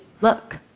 look